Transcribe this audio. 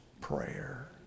prayer